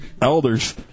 elders